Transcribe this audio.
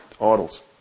idols